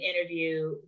interview